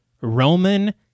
Roman